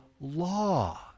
law